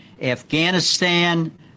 Afghanistan